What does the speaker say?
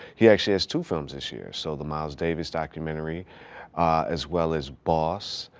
he actually has two films this year. so the miles davis documentary as well as boss,